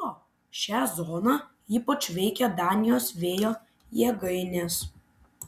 be to šią zoną ypač veikia danijos vėjo jėgainės